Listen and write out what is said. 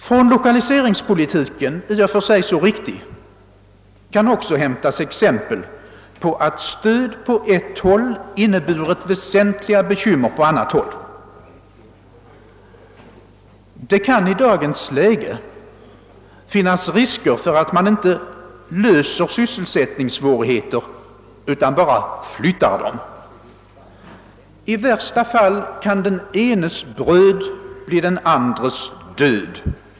Från lokaliseringspolitiken — i och för sig så riktig — kan man också hämta exempel på att ett stöd på ett håll inneburit väsentliga bekymmer på ett annat håll. Det kan i dagens läge finnas risker för att man inte löser syselsättningssvårigheter utan bara flyttar dem. I värsta fall kan den enes bröd bli den andres död.